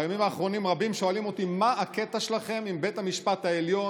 בימים האחרונים רבים שואלים אותי: מה הקטע שלכם עם בית המשפט העליון?